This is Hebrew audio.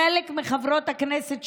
חלק מחברות הכנסת,